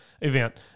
event